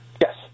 yes